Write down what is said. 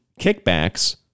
kickbacks